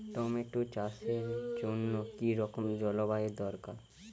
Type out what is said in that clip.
Tomato চাষের জন্য কি রকম জলবায়ু দরকার?